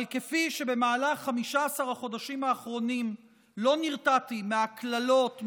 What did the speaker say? אבל כפי שבמהלך 15 החודשים האחרונים לא נרתעתי מהקללות,